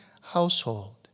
household